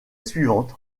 suivante